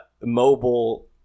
mobile